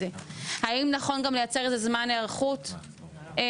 האם נכון גם לייצר איזה זמן הערכות מוקדם?